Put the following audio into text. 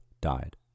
died